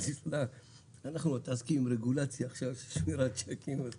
אנחנו מתעסקים עם רגולציה עכשיו של שמירת שיקים.